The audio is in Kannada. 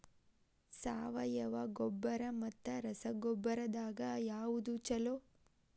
ಸಾವಯವ ಗೊಬ್ಬರ ಮತ್ತ ರಸಗೊಬ್ಬರದಾಗ ಯಾವದು ಛಲೋ?